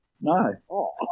no